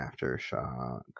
Aftershock